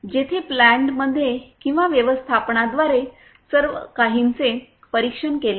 जेथे प्लांटमध्ये किंवा व्यवस्थापनाद्वारे सर्व काहींचे परीक्षण केले जाईल